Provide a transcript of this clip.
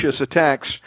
attacks